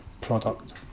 product